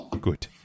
Good